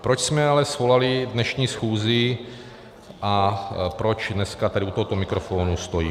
Proč jsme ale svolali dnešní schůzi a proč dneska tady u tohoto mikrofonu stojím.